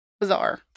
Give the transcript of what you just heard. Bizarre